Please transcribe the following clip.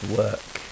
work